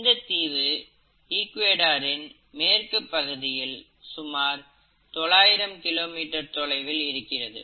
இந்தத் தீவு ஈக்குவேடார் இன் மேற்கு பகுதியில் சுமார் 900 கிலோ மீட்டர் தொலைவில் இருக்கிறது